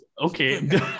Okay